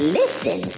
listen